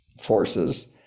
forces